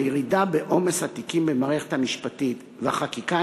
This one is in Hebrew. הירידה בעומס התיקים במערכת המשפטית והחקיקה